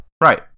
Right